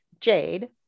jade